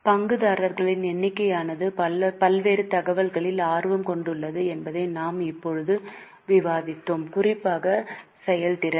பங்குதாரர்களின் எண்ணிக்கையானது பல்வேறு தகவல்களில் ஆர்வம் கொண்டுள்ளது என்பதை நாம்இப்போது விவாதித்தோம் குறிப்பாக செயல்திறன்